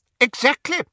Exactly